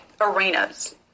arenas